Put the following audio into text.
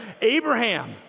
Abraham